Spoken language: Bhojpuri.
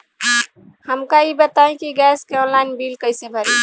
हमका ई बताई कि गैस के ऑनलाइन बिल कइसे भरी?